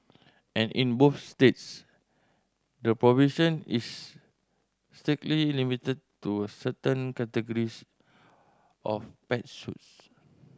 and in both states the provision is strictly limited to a certain categories of pets suits